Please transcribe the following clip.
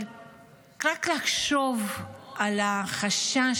אבל רק לחשוב על החשש,